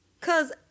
cause